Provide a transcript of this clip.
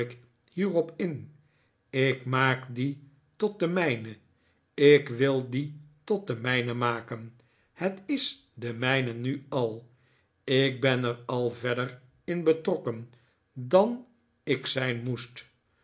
hierop in ik maak die tot de mijne ik wil die tot de mijne maken het is de mijne nu al ik ben er al verder in betrokken dan ik zijn moest